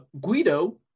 Guido